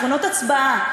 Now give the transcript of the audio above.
מכונות הצבעה,